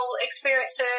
experiences